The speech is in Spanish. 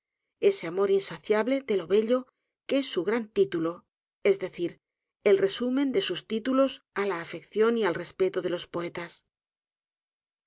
ese amor insaciable de lo bello que es su gran título es decir el resumen de sus títulos á la afección y al respeto de los poetas